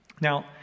Now